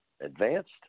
advanced